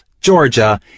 Georgia